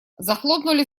захлопнули